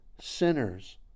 sinners